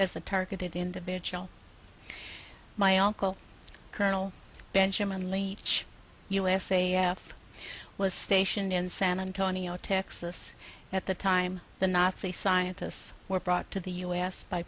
as a targeted individual my uncle colonel benjamin leech u s a f was stationed in san antonio texas at the time the nazi scientists were brought to the us by